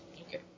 Okay